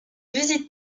visite